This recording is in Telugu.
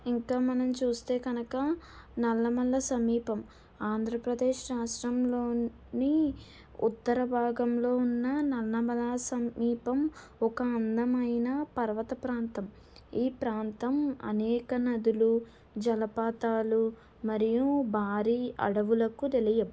ఇంకా మనం చూస్తే కనుక నల్లమల్ల సమీపం ఆంధ్రప్రదేశ్ రాష్ట్రంలోని ఉత్తర భాగంలో ఉన్న నల్లమల సమీపం ఒక అందమైన పర్వత ప్రాంతం ఈ ప్రాంతం అనేక నదులు జలపాతాలు మరియు భారీ అడవులకు నిలయం